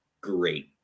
great